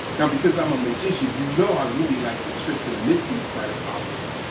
now because i'm a magician, you know i really like the tricks and the mystery part of halloween.